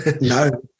No